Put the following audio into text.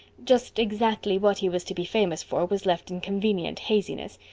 just exactly what he was to be famous for was left in convenient haziness,